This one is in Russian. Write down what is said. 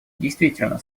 действительно